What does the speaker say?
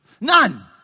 None